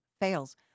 fails